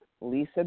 Lisa